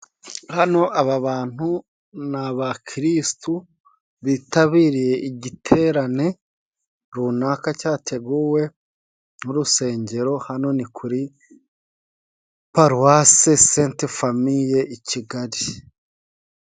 Hano aba bantu ni abakirisitu bitabiriye igiterane runaka cyateguwe n'urusengero, hano ni kuri paruwase sente famiye i Kigali.